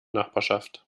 nachbarschaft